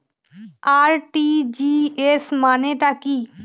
RTGS মানে টা কি?